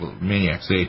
maniacs